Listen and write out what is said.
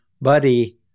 buddy